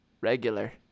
regular